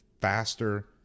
faster